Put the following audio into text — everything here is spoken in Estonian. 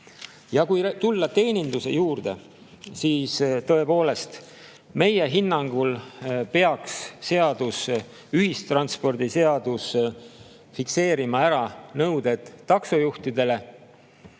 Ja kui tulla teeninduse juurde, siis tõepoolest, meie hinnangul peaks ühistranspordiseadus fikseerima ära nõuded taksojuhtidele.